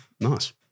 Nice